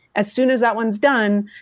as soon as that one's done,